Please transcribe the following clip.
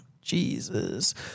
Jesus